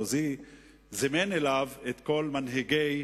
שסרקוזי זימן אליו את כל מנהיגי